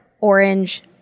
orange